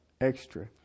extra